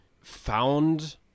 found